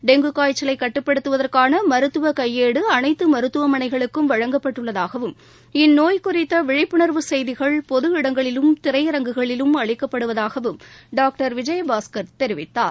dengue காய்ச்சலை கட்டுப்படுத்துவதற்கான மருத்துவ கையேடு அனைத்து மருத்துவமனைகளுக்கும் வழங்கப்பட்டுள்ளதாகவும் இந்நோய் குறித்த விழிப்புணர்வு கெய்திகள் பொது இடங்களிலும் திரையரங்குகளிலும் அளிக்கப்படுவதாகவும் டாக்டர் விஜயபாஸ்கர் தெரிவித்தார்